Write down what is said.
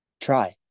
Try